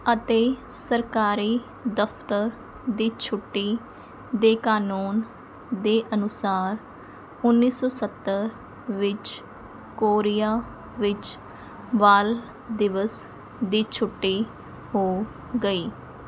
ਅਤੇ ਸਰਕਾਰੀ ਦਫ਼ਤਰ ਦੀ ਛੁੱਟੀ ਦੇ ਕਾਨੂੰਨ ਦੇ ਅਨੁਸਾਰ ਉੱਨੀ ਸੌ ਸੱਤਰ ਵਿੱਚ ਕੋਰੀਆ ਵਿੱਚ ਬਾਲ ਦਿਵਸ ਦੀ ਛੁੱਟੀ ਹੋ ਗਈ